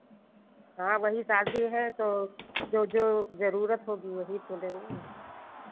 हाँ वही शादी है तो जो जो ज़रूरत होगी वही तो लेंगे